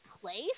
place